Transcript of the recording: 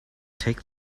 take